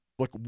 Look